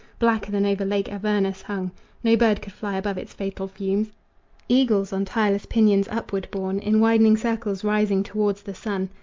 blacker than over lake avernus hung no bird could fly above its fatal fumes eagles, on tireless pinions upward borne, in widening circles rising toward the sun,